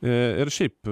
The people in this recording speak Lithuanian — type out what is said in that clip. ir šiaip